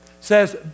says